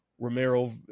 Romero